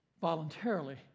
voluntarily